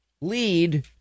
lead